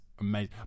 amazing